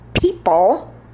people